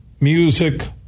music